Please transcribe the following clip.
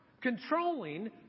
controlling